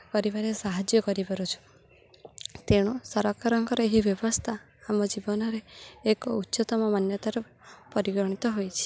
କରିବାରେ ସାହାଯ୍ୟ କରିପାରୁଛୁ ତେଣୁ ସରକାରଙ୍କର ଏହି ବ୍ୟବସ୍ଥା ଆମ ଜୀବନରେ ଏକ ଉଚ୍ଚତମ ମାନ୍ୟତାର ପରିଗଣିତ ହୋଇଛି